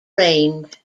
reigned